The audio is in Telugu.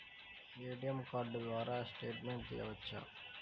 ఏ.టీ.ఎం కార్డు ద్వారా స్టేట్మెంట్ తీయవచ్చా?